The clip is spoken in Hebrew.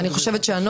לדעתי,